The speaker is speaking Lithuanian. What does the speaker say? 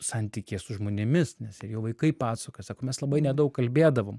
santykyje su žmonėmis nes ir jo vaikai pasakoja sako mes labai nedaug kalbėdavom